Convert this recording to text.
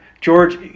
George